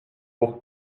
pour